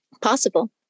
possible